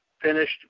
finished